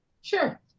Sure